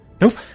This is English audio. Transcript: Nope